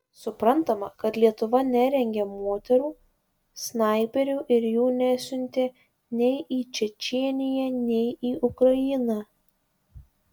suprantama kad lietuva nerengė moterų snaiperių ir jų nesiuntė nei į čečėniją nei į ukrainą